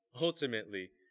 ultimately